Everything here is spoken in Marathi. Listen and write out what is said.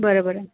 बरं बरं